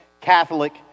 Catholic